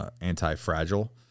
anti-fragile